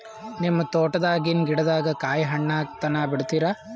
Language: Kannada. ನಿಮ್ಮ ತೋಟದಾಗಿನ್ ಗಿಡದಾಗ ಕಾಯಿ ಹಣ್ಣಾಗ ತನಾ ಬಿಡತೀರ?